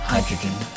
Hydrogen